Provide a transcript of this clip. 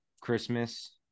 Christmas